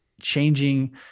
changing